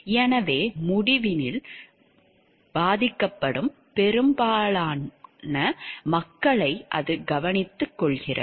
எனவே முடிவினால் பாதிக்கப்படும் பெரும்பான்மையான மக்களை அது கவனித்துக் கொள்கிறது